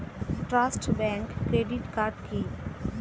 Trust bank credit card কি?